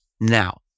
now